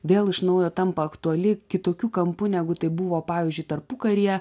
vėl iš naujo tampa aktuali kitokiu kampu negu tai buvo pavyzdžiui tarpukaryje